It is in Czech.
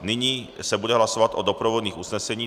Nyní se bude hlasovat o doprovodných usneseních.